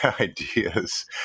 ideas